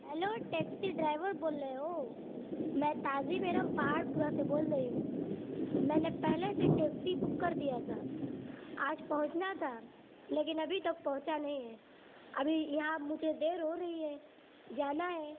hello taxi driver بول رہے ہو میں تازب ارم پہاڑ پورہ سے بول رہی ہوں میں نے پہلے بھی ٹیکسی بک کر دیا تھا آج پہنچنا تھا لیکن ابھی تک پہنچا نہیں ہے ابھی یہاں مجھے دیر ہو رہی ہے جانا ہے